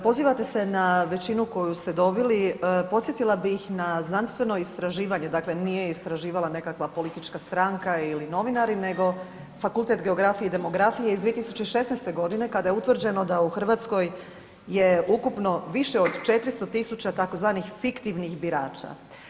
Pozivate se na većinu koju ste dobili, podsjetila bih na znanstveno istraživanje, dakle nije istraživala nekakva politička stranka ili novinari nego Fakultet geografije i demografije iz 2016.g. kada je utvrđeno da u RH je ukupno više od 400 000 tzv. fiktivnih birača.